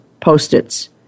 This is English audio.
Post-its